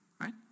right